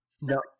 No